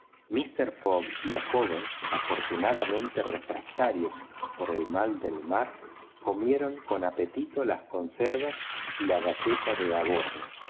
mister fogg y la joven afortunadamente refractarios al mal de mar comieron con apetito las conservas y la galleta de a bordo